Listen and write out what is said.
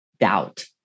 doubt